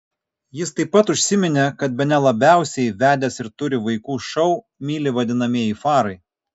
jis taip pat užsiminė kad bene labiausiai vedęs ir turi vaikų šou myli vadinamieji farai